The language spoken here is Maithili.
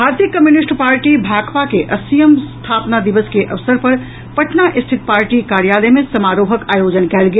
भारतीय कम्यूनिस्ट पार्टी भाकपा के अस्सीयम स्थापना दिवस के अवसर पर पटना स्थित पार्टी कार्यालय मे समारोहक आयोजन कयल गेल